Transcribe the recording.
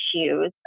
issues